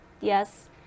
yes